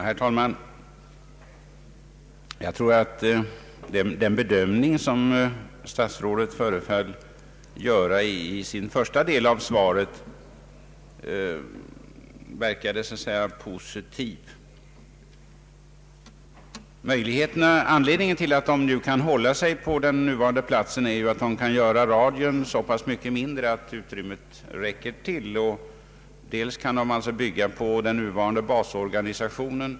Herr talman! Jag tror att den bedömning som herr statsrådet föreföll att göra i första delen av interpellationssvaret var positiv. Anledningen till att man inom CERN kan hålla sig till den nuvarande platsen även för den nya storacceleratorn är ju att man kan göra radien så mycket mindre att utrymmet räcker till och att man kan bygga på den nuvarande basorganisationen.